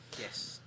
Yes